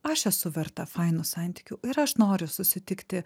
aš esu verta fainų santykių ir aš noriu susitikti